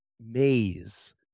maze